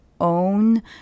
own